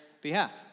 behalf